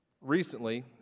Recently